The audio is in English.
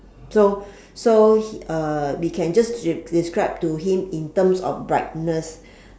so so he uh we can just des~ describe to him in terms of brightness